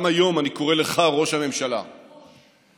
גם היום אני קורא לך, ראש הממשלה, כיבוש.